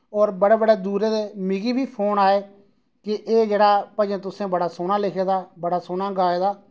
और बड़े बड़े दूर दे मिगी बी फोन आए कि एह् जेह्ड़ा भजन तुसैं बड़ा सोह्ना लिखे दे बड़ा सोह्ना गाए दा